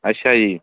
ਅੱਛਾ ਜੀ